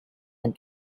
and